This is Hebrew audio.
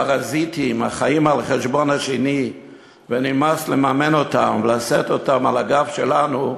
פרזיטים החיים על חשבון השני ונמאס לממן אותם ולשאת אותם על הגב שלנו,